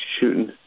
shooting